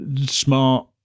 smart